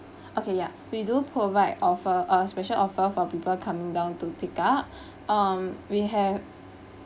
okay ya we do provide offer uh special offer for people come down to pick up um we have